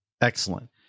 Excellent